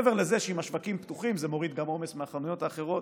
מעבר לזה שאם השווקים פתוחים זה מוריד גם עומס מהחנויות האחרות.